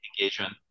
engagement